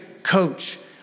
coach